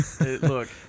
Look